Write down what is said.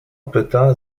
pyta